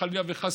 חלילה וחס,